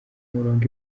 murongo